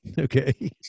Okay